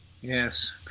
Yes